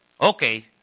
Okay